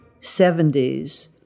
70s